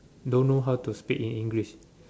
don't know how to speak in English